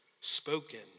spoken